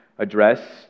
Address